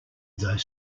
though